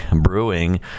Brewing